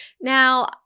Now